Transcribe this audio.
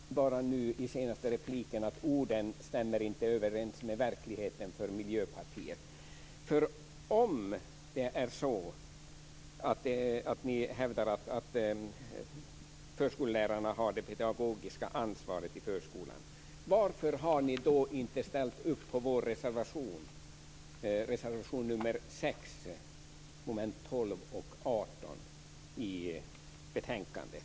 Herr talman! Det visade sig i den senaste repliken att orden inte stämmer överens med verkligheten för Om ni hävdar att förskollärarna har det pedagogiska ansvaret i förskolan, varför har ni då inte ställt upp på vår reservation? Det är reservation 6 under mom. 12 och 18 i betänkandet.